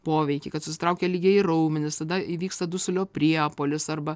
poveikį kad susitraukia lygieji raumenys tada įvyksta dusulio priepuolis arba